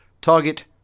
Target